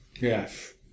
Yes